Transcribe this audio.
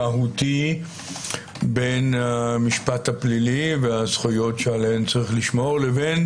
מהותי בין המשפט הפלילי והזכויות שעליהן יש לשמור לבין